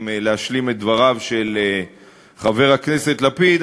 אם להשלים את דבריו של חבר הכנסת לפיד,